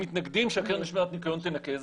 הם מתנגדים שהקרן לשמירת ניקיון תנקה.